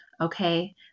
Okay